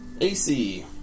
AC